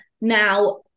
now